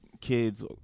kids